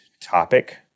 topic